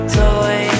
toy